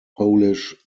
polish